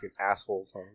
assholes